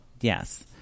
yes